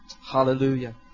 Hallelujah